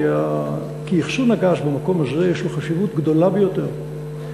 כי אחסון הגז במקום הזה יש לו חשיבות גדולה ביותר,